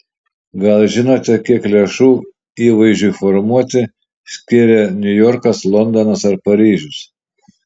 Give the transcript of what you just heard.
gal žinote kiek lėšų įvaizdžiui formuoti skiria niujorkas londonas ar paryžius